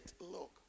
look